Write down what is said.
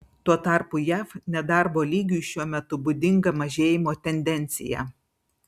tuo tarpu jav nedarbo lygiui šiuo metu būdinga mažėjimo tendencija